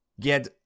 get